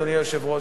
אדוני היושב-ראש,